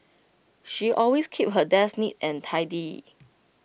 she always keeps her desk neat and tidy